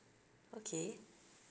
okay